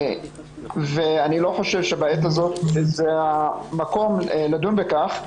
ואני לא חושב שבעת הזאת זה המקום לדון בכך.